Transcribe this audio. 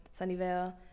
Sunnyvale